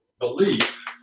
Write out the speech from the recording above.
belief